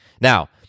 Now